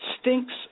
stinks